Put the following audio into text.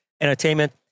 entertainment